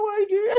idea